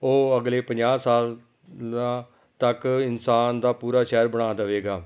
ਉਹ ਅਗਲੇ ਪੰਜਾਹ ਸਾਲ ਲਾ ਤੱਕ ਇਨਸਾਨ ਦਾ ਪੂਰਾ ਸ਼ਹਿਰ ਬਣਾ ਦੇਵੇਗਾ